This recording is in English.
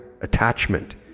attachment